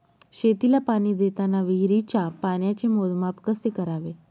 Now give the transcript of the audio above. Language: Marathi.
शेतीला पाणी देताना विहिरीच्या पाण्याचे मोजमाप कसे करावे?